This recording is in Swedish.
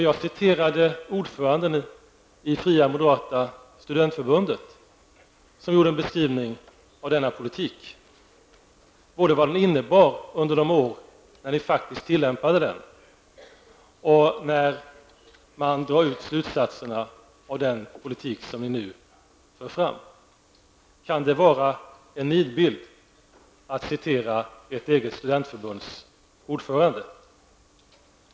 Jag citerade ordföranden i Fria moderata studentförbundet, som beskrev både vad denna politik innebar under de år då ni faktiskt tillämpade den och vad den innebär när man drar ut slutsatserna av det som ni nu för fram. Kan det vara en nidbild att citera ert eget studentförbunds ordförande?